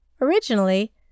Originally